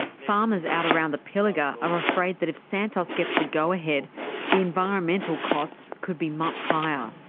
farmers out around the pilliga are afraid that if santos gets the go-ahead, the environmental costs could be much higher.